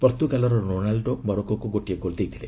ପର୍ତ୍ତୁଗାଲ୍ର Ronaldo ମରୋକୋକୁ ଗୋଟିଏ goal ଦେଇଥିଲେ